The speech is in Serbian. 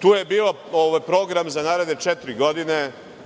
Tu je bio program za naredne četiri godine.